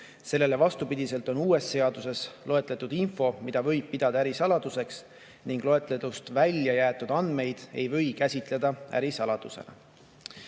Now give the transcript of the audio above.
Sellele vastupidiselt on uues seaduses loetletud info, mida võib pidada ärisaladuseks, ning loetelust välja jäetud andmeid ei või käsitleda ärisaladusena. Samuti